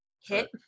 hit